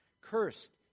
Cursed